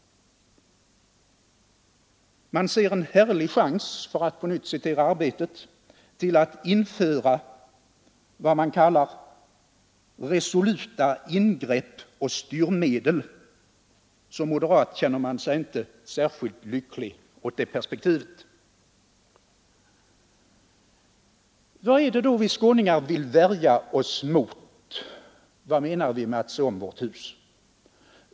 Man ser en härlig chans — för att på nytt citera Arbetet — till att införa vad man kallar ”resoluta ingrepp och styrmedel”. Som moderat känner man sig inte särskilt lycklig inför det perspektivet. Vad är det då vi skåningar vill värja oss mot? Vad menar vi med att se om vårt eget hus?